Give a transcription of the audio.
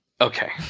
Okay